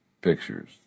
Pictures